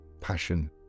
passion